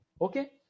okay